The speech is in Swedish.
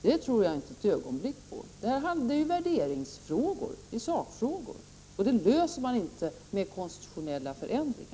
Det tror jag inte ett ögonblick på. Oenighet i sakfrågor undanröjer man inte med konstitutionella förändringar.